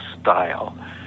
style